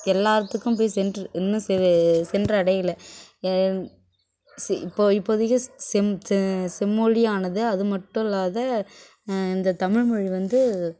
எல்லாத்துக்கும் போய் சென்று இன்னும் செ சென்று அடையலை இப்போது இப்போதைக்கு செம் செ செம்மொழியானது அது மட்டும் இல்லாது இந்த தமிழ்மொழி வந்து